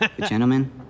gentlemen